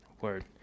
Word